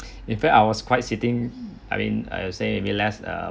in fact I was quiet sitting I mean I say realize